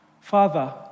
Father